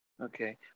okay